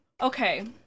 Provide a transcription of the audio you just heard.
Okay